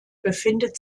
befindet